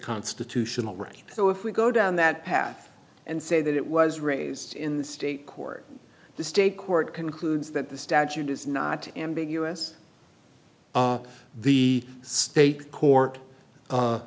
constitutional right so if we go down that path and say that it was raised in the state court the state court concludes that the statute is not ambiguous the state court